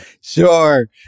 Sure